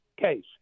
case